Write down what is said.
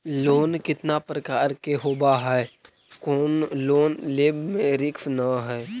Loan कितना प्रकार के होबा है कोन लोन लेब में रिस्क न है?